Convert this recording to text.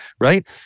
right